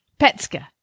Petska